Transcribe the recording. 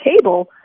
table